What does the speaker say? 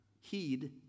heed